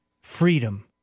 freedom